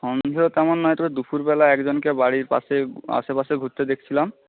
সন্দেহ তেমন নয় তবে দুপুরবেলা একজনকে বাড়ির পাশে আশেপাশে ঘুরতে দেখছিলাম